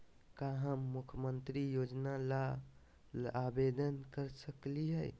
का हम मुख्यमंत्री योजना ला आवेदन कर सकली हई?